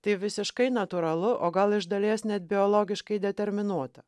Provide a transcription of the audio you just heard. tai visiškai natūralu o gal iš dalies net biologiškai determinuota